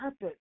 purpose